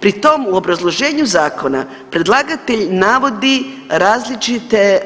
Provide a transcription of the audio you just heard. Pri tom u obrazloženju zakona predlagatelj navodi različite